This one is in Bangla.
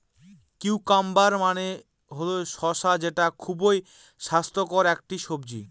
কিউকাম্বার মানে হল শসা যেটা খুবই স্বাস্থ্যকর একটি সবজি